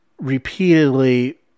Repeatedly